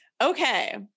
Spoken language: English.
Okay